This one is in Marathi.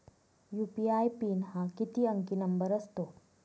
यू.पी.आय पिन हा किती अंकी नंबर असतो?